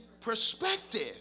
perspective